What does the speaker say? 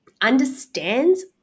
understands